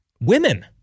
women